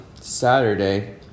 Saturday